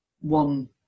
one